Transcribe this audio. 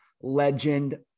legend